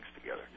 together